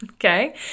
Okay